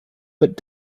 but